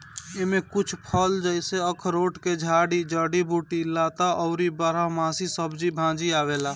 एमे कुछ फल जइसे अखरोट के झाड़ी, जड़ी बूटी, लता अउरी बारहमासी सब्जी भाजी आवेला